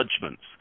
judgments